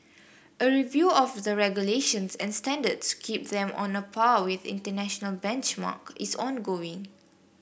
a review of the regulations and standards keep them on a par with international benchmarks is ongoing